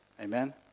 amen